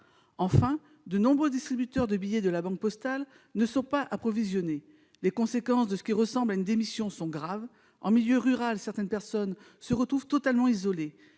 Enfin, de nombreux distributeurs de billets de La Banque postale ne sont pas approvisionnés. Les conséquences de ce qui ressemble à une démission sont graves. En milieu rural, certaines personnes se retrouvent totalement isolées.